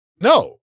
No